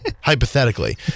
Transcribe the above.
hypothetically